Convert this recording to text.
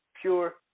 pure